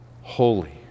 holy